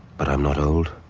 but i'm not old.